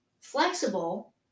flexible